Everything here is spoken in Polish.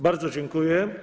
Bardzo dziękuję.